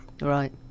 right